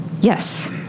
Yes